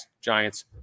Giants